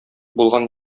булган